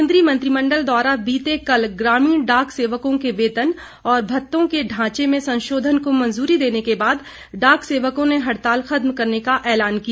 केन्द्रीय मंत्रिमंडल द्वारा बीते कल ग्रामीण डाक सेवकों के वेतन और भत्तों के ढांचे में संशोधन को मंजूरी देने के बाद डाकसेवकों ने हड़ताल खत्म करने का एलान किया